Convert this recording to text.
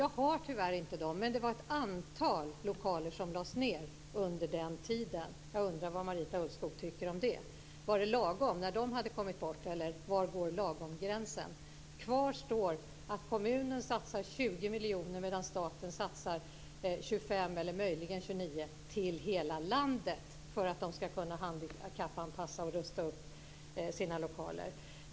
Jag har tyvärr inte dem. Det var ett antal lokaler som lades ned under den tiden. Jag undrar vad Marita Ulvskog tycker om det. Var det lagom när de hade kommit bort, eller var går lagomgränsen? Kvar står att kommunen satsar 20 miljoner medan staten satsar 25 eller möjligen 29 miljoner till hela landet för att man ska kunna handikappanpassa och rusta upp sina lokaler.